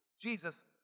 Jesus